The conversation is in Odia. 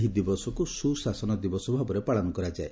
ଏହି ଦିବସକୁ ସୁଶାସନ ଦିବସ ଭାବରେ ପାଳନ କରାଯାଏ